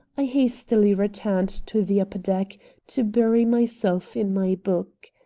i hastily returned to the upper deck to bury myself in my book.